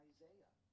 Isaiah